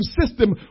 system